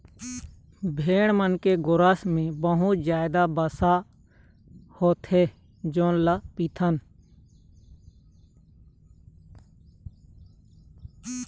भेड़िया के गोरस म बहुते जादा वसा होथे